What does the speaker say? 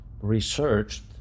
researched